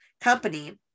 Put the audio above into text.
company